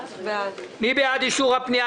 מי בעד אישור הפנייה?